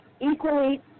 equally